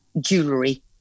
jewelry